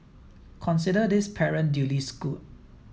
consider this parent duly schooled